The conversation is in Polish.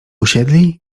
usiedli